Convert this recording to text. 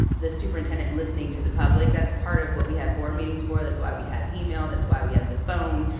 the superintendent listening to the public, that's part of what we have board meetings for, that's why we have email, that's why we have the phone.